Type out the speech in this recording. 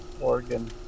Oregon